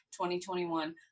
2021